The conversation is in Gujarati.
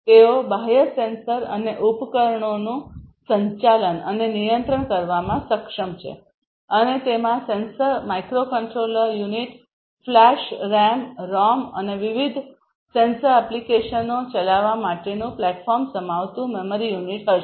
તેઓ બાહ્ય સેન્સર અને ઉપકરણોનું સંચાલન અને નિયંત્રણ કરવામાં સક્ષમ છે અને તેમાં sensor microcontroller unit flash RAM ROM અને વિવિધ સેન્સર એપ્લિકેશનો ચલાવવા માટેનું પ્લેટફોર્મ સમાવતું મેમરી યુનિટ હશે